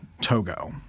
Togo